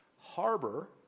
harbor